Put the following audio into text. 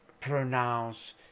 pronounce